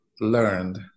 learned